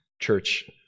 church